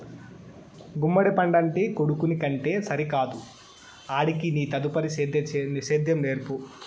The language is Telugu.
గుమ్మడి పండంటి కొడుకుని కంటే సరికాదు ఆడికి నీ తదుపరి సేద్యం నేర్పు